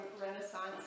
Renaissance